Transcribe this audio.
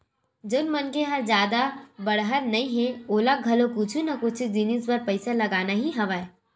जउन मनखे ह जादा बड़हर नइ हे ओला घलो कुछु ना कुछु जिनिस बर पइसा लगना ही हवय